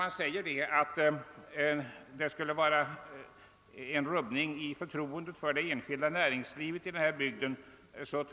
Jag tror emellertid att det är felaktigt att säga att detta rubbar förtroendet för det enskilda näringslivet i denna bygd.